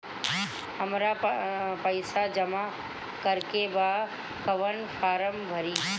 हमरा पइसा जमा करेके बा कवन फारम भरी?